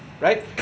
right